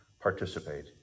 participate